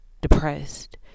depressed